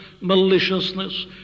maliciousness